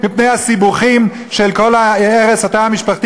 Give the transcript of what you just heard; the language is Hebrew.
מפני הסיבוכים של כל הרס התא המשפחתי